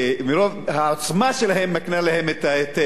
העוצמה שלהם מקנה להם את ההיתר.